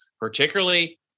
particularly